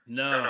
no